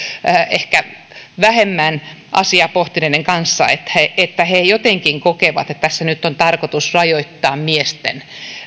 ehkä vähemmän asiaa pohtineiden kanssa niin he jotenkin kokevat että tässä nyt on tarkoitus rajoittaa miesten